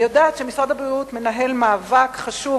אני יודעת שמשרד הבריאות מנהל מאבק חשוב